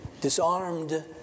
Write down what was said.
disarmed